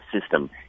system